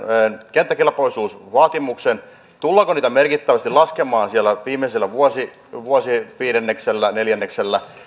kenttäkelpoisuusvaatimuksensa tullaanko niitä merkittävästi laskemaan siellä viimeisellä vuosiviidenneksellä neljänneksellä